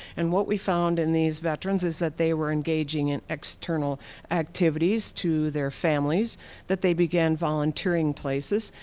and what we found in these veterans is that they were engaging in external activities to their families that they began volunteering places.